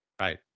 Right